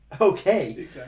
okay